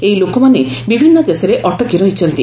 ଏହି ଲୋକମାନେ ବିଭିନ୍ନ ଦେଶରେ ଅଟକି ରହିଛନ୍ତି